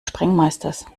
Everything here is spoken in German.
sprengmeisters